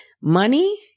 Money